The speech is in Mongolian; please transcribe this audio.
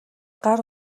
гар